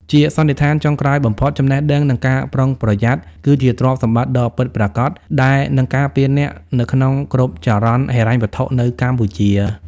ជាសន្និដ្ឋានចុងក្រោយបំផុត "ចំណេះដឹង និងការប្រុងប្រយ័ត្ន" គឺជាទ្រព្យសម្បត្តិដ៏ពិតប្រាកដ ដែលនឹងការពារអ្នកនៅក្នុងគ្រប់ចរន្តហិរញ្ញវត្ថុនៅកម្ពុជា។